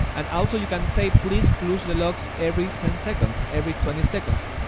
and also, you can say, please please the logs every ten seconds, every twenty seconds.